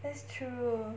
that's true